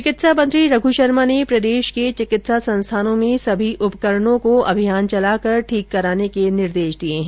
चिकित्सा मंत्री रघु शर्मा ने प्रदेश के चिकित्सा संस्थानों में समी उपकरणों को अभियान चलाकर ठीक कराने के निर्देश दिए है